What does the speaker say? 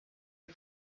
est